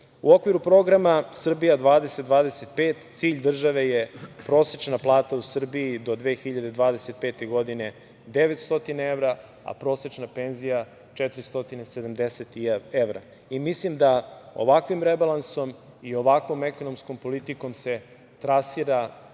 okviru Programa „Srbija 2025“ cilj države je prosečna plata u Srbiji do 2025. godine 900 evra, a prosečna penzija 470 evra. Mislim da ovakvim rebalansom i ovakvom ekonomskom politikom se trasira